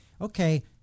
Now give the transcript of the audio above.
okay